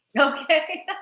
Okay